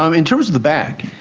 um in terms of the back,